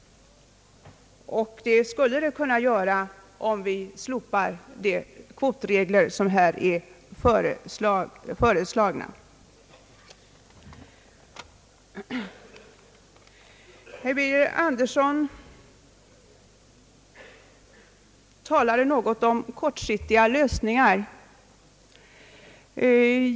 Och det skulle kunna ske snabbt om de kvotregler som här är föreslagna slopas. Herr Birger Andersson talade något om kortsiktiga lösningar.